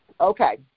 Okay